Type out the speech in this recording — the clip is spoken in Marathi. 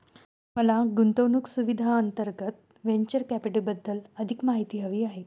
मला गुंतवणूक सुविधांअंतर्गत व्हेंचर कॅपिटलबद्दल अधिक माहिती हवी आहे